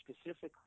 specifically